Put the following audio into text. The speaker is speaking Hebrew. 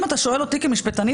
אם אתה שואל אותי כמשפטנית,